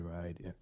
right